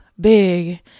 big